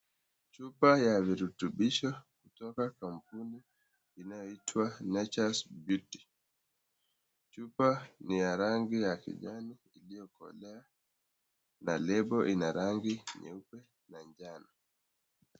Chupa ya virutobisho kutoka kampuni inayoitwa Nature's Bounty. Chupa ni ya rangi ya kijani iliyokolea na lebo ina rangi nyeupe na njano.